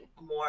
more